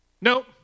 Nope